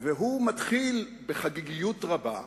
והוא מתחיל בחגיגיות רבה,